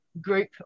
group